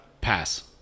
Pass